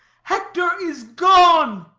hector is gone.